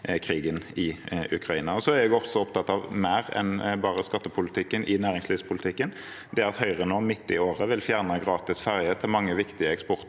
krigen i Ukraina. Jeg er også opptatt av mer enn bare skattepolitikken innen næringslivspolitikken. Når Høyre nå, midt i året, vil fjerne gratis ferje til mange viktige eksportsteder